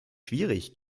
schwierig